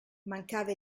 mancava